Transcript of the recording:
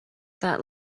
that